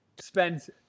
Spends